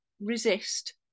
resist